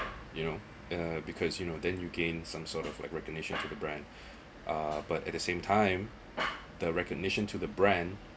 you know uh because you know then you gain some sort of like recognition to the brand uh but at the same time the recognition to the brand